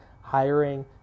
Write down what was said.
hiring